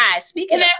speaking